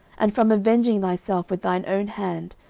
and from avenging thyself with thine own hand,